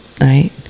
right